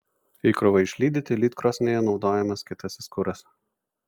įkrovai išlydyti lydkrosnėje naudojamas kietasis kuras